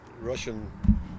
Russian